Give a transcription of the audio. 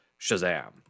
Shazam